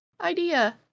idea